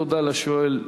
תודה לשואל,